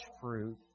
fruit